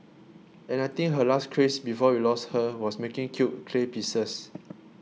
and I think her last craze before we lost her was making cute clay pieces